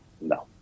No